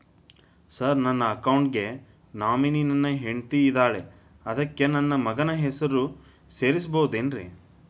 Sir ನನ್ನ account ಗೆ nominee ನನ್ನ ಹೆಂಡ್ತಿ ಇದ್ದಾಳ ಅದಕ್ಕ ನನ್ನ ಮಗನ ಹೆಸರು ಸೇರಸಬಹುದೇನ್ರಿ?